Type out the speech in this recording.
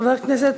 חבר הכנסת